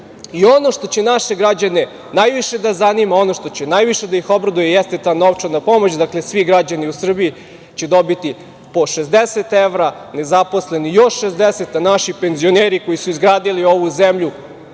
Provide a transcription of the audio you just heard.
u oku. Ono što će naše građane najviše da zanima, ono što će najviše da ih obraduje jeste ta novčana pomoć. Dakle, svi građani u Srbiji će dobiti po 60 evra, nezaposleni još 60, a naši penzioneri koji su izgradili ovu zemlju